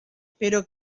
espero